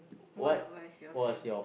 what was your favourite